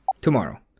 Tomorrow